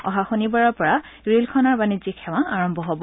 অহা শনিবাৰৰ পৰা ৰেলখনৰ বাণিজ্যিক সেৱা আৰম্ভ হ'ব